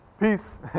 peace